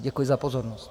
Děkuji za pozornost.